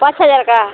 पाँच हज़ार का